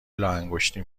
لاانگشتی